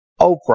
Oprah